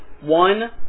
one